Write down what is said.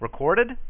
recorded